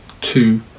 two